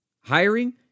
hiring